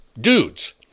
Dudes